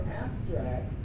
abstract